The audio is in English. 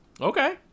Okay